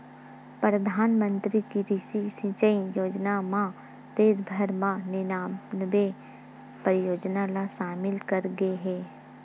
परधानमंतरी कृषि सिंचई योजना म देस भर म निनानबे परियोजना ल सामिल करे गे हे